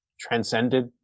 transcended